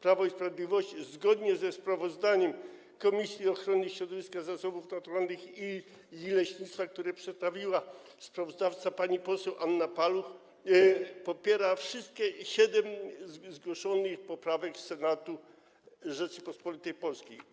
Prawo i Sprawiedliwość zgodnie ze sprawozdaniem Komisji Ochrony Środowiska, Zasobów Naturalnych i Leśnictwa, które przedstawiła pani poseł sprawozdawca Anna Paluch, popiera wszystkie siedem zgłoszonych poprawek Senatu Rzeczypospolitej Polskiej.